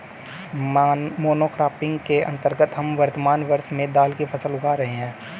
monocropping के अंतर्गत हम वर्तमान वर्ष में दाल की फसल उगा रहे हैं